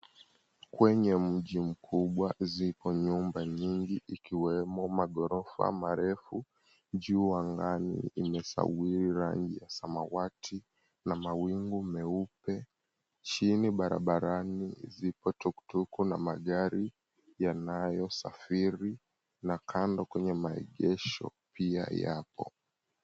Kwenye mji mkubwa zipo nyumba nyingi, 𝑖kiwemo maghorofa marefu. Juu angani imesawiri rangi ya samawati na mawingu meupe. Chini barabarani zipo tukutuku na magari yanayosafiri na kando kwenye maegesho pia yapo.